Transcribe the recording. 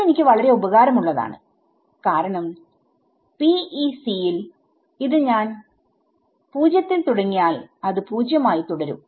അത് എനിക്ക് വളരെ ഉപകാരമുള്ളതാണ് കാരണം PEC യിൽ ഇത് ഞാൻ 0 യിൽ തുടങ്ങിയാൽ അത് 0 ആയി തുടരും